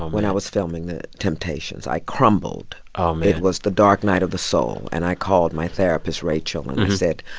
um when i was filming the temptations, i crumbled oh, man um it was the dark night of the soul. and i called my therapist, rachel, and i said,